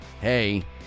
hey